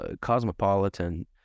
cosmopolitan